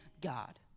God